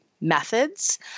methods